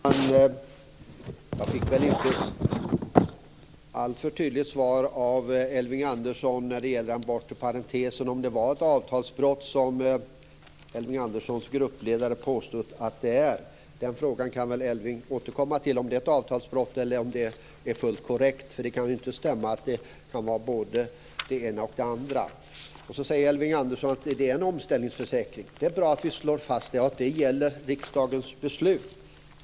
Fru talman! Jag fick inte något alltför tydligt svar av Elving Andersson när det gäller den bortre parentesen, om det, som Elving Anderssons gruppledare påstod, var ett avtalsbrott. Elving kan väl återkomma till frågan om det är ett avtalsbrott eller om det är fullt korrekt, för det kan ju inte vara både det ena och det andra. Elving Andersson säger sedan att det är en omställningsförsäkring. Det är bra att vi slår fast det och att riksdagens beslut gäller.